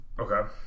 Okay